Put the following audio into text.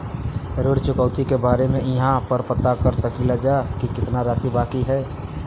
ऋण चुकौती के बारे इहाँ पर पता कर सकीला जा कि कितना राशि बाकी हैं?